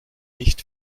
nicht